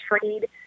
trade